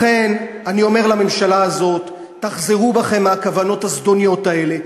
לכן אני אומר לממשלה הזאת: תחזרו בכם מהכוונות הזדוניות האלה.